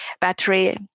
battery